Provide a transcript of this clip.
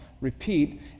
repeat